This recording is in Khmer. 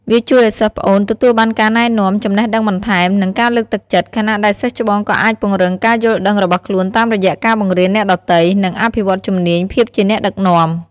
វាជួយឲ្យសិស្សប្អូនទទួលបានការណែនាំ ចំណេះដឹងបន្ថែម និងការលើកទឹកចិត្ត ខណៈដែលសិស្សច្បងក៏អាចពង្រឹងការយល់ដឹងរបស់ខ្លួនតាមរយៈការបង្រៀនអ្នកដទៃ និងអភិវឌ្ឍជំនាញភាពជាអ្នកដឹកនាំ។